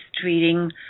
treating